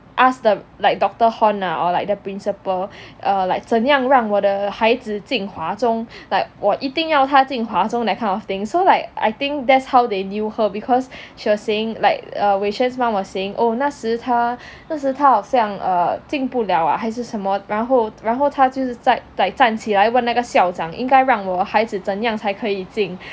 like as the doctor hor or like the principal oh like 怎样让我的孩子进华中 like 我一定要他进华中 that kind of thing so like I think that's how they knew her because she was saying like err wei xuan's mom was saying oh 那时他那时他好像 err 进不了啊还是什么然后然后他就是在 like 站起来问那个校长应该让我孩子怎样才可以进